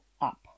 up